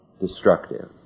destructive